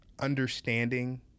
Understanding